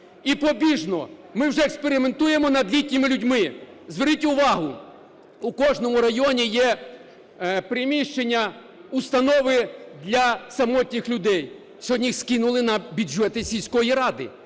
І побіжно, ми вже експериментуємо над літніми людьми. Зверніть увагу, у кожному районі є приміщення установи для самотніх людей. Сьогодні їх скинули на бюджети сільської ради,